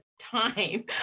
time